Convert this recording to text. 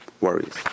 Worries